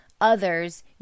others